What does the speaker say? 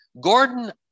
Gordon